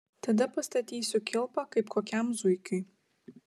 tada pastatysiu kilpą kaip kokiam zuikiui